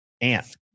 Ant